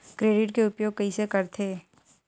Credit के उपयोग कइसे करथे?